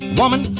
woman